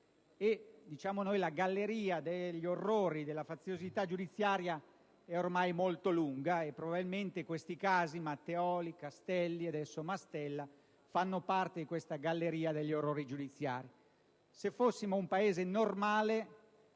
la galleria degli orrori e della faziosità giudiziaria è ormai molto lunga. Probabilmente i casi Matteoli, Castelli e - adesso - Mastella fanno parte di questa galleria degli orrori giudiziari. Se fossimo un Paese normale,